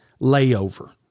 layover